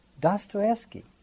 Dostoevsky